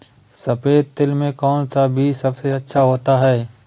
सफेद तिल में कौन सा बीज सबसे अच्छा होता है?